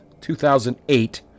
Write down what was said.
2008